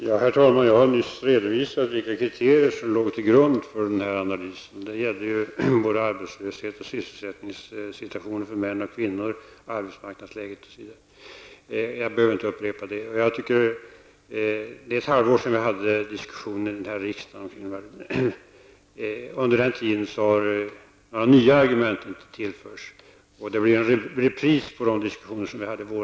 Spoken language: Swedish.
Herr talman! Jag har nyss redovisat vilka kriterier som låg till grund för denna analys. Det gällde arbetslöshet och sysselsättningssituationen för både män och kvinnor, arbetsmarknadsläget osv. Jag behöver inte upprepa det. Det är ett halvår sedan som vi hade diskussioner om detta här i riksdagen. Under den tiden har några nya argument inte tillkommit. En ny debatt skulle bli en repris på de diskussioner som vi hade i våras.